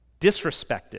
disrespected